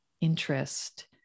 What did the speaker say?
interest